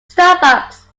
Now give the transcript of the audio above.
starbucks